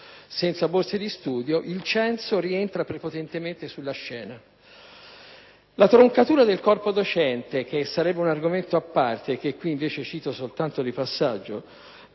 Senza borse di studio, il censo rientra prepotentemente sulla scena. La troncatura del corpo docente, che sarebbe un argomento a parte e che cito solo di passaggio,